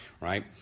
right